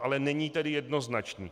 Ale není tedy jednoznačný.